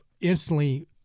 instantly